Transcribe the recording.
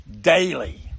daily